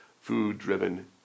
food-driven